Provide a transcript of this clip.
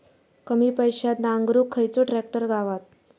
कमी पैशात नांगरुक खयचो ट्रॅक्टर गावात?